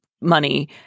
money